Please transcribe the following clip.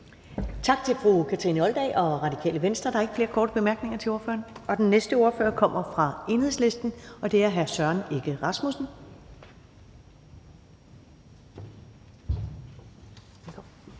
Tak til fru Kathrine Olldag fra Radikale Venstre. Der er ikke flere korte bemærkninger til ordføreren. Den næste ordfører kommer fra Enhedslisten, og det er hr. Søren Egge Rasmussen.